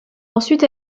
ensuite